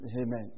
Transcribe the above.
Amen